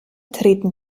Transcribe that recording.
treten